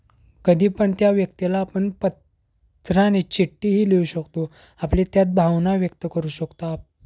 कधी पण त्या व्यक्तीला आपण पत्राने चिठ्ठीही लिहू शकतो आपली त्यात भावना व्यक्त करू शकतो आपण